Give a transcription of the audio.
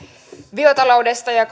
biotaloudesta ja